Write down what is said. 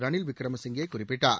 ரனில் விக்ரமசிங்கே குறிப்பிட்டார்